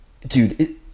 Dude